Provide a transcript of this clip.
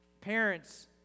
Parents